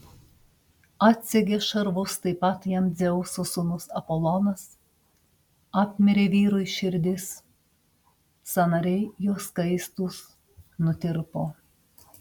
atsegė šarvus taip pat jam dzeuso sūnus apolonas apmirė vyrui širdis sąnariai jo skaistūs nutirpo